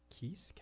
Keys